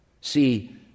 See